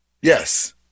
Yes